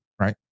Right